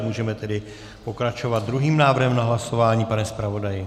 Můžeme tedy pokračovat druhým návrhem na hlasování, pane zpravodaji.